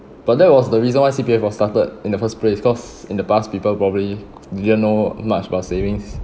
but that was the reason why C_P_F was started in the first place cause in the past people probably didn't know much about savings